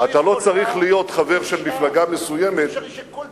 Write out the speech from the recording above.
יש לך הזדמנות להוביל את זה, כבודו.